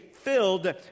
filled